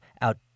out